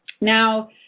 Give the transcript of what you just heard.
Now